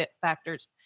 factors